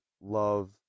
love